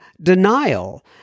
Denial